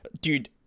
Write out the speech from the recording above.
dude